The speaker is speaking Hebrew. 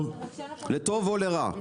לטוב או לרע.